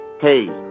hey